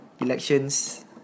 elections